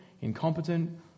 incompetent